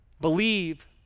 Believe